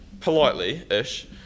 politely-ish